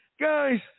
guys